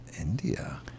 india